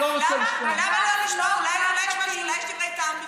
אני צריך לתת לכם מוסר?